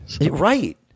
Right